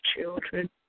children